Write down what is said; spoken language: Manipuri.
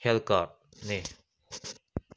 ꯍꯦꯜꯠ ꯀꯥꯔꯗꯅꯤ